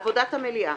עבודת המליאה